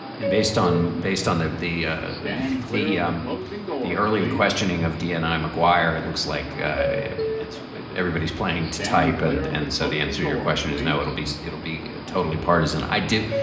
and based on based on the the ah the um the early questioning of dni maguire it looks like ah it's everybody's playing to type and and so the answer your question is no it'll be it'll be totally partisan. i do.